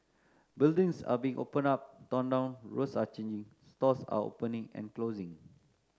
buildings are being opened up torn down roads are changing stores are opening and closing